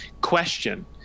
question